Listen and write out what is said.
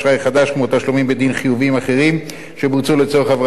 כמו תשלומים בדין חיובים אחרים שבוצעו לצורך הבראת החברה,